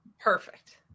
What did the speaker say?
Perfect